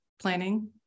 planning